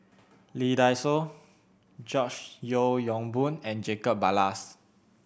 Lee Dai Soh George Yeo Yong Boon and Jacob Ballas